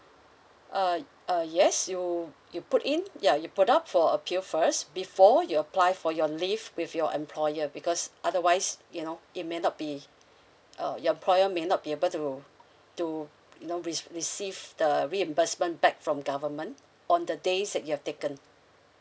uh uh yes you you put in ya you put up for appeal first before you apply for your leave with your employer because otherwise you know it may not be uh your employer may not be able to to you know re~ receive the reimbursement back from government on the days that you have taken